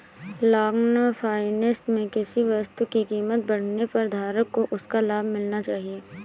long finance में किसी वस्तु की कीमत बढ़ने पर धारक को उसका लाभ मिलना चाहिए